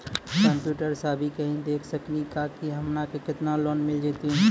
Computer सा भी कही देख सकी का की हमनी के केतना लोन मिल जैतिन?